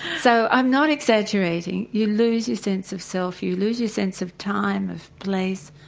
so i'm not exaggerating, you lose your sense of self, you lose your sense of time, of place,